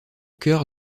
cœur